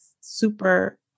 super